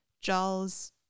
Jaws